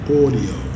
audio